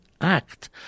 act